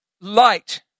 light